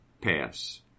pass